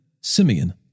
Simeon